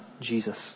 Jesus